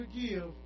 forgive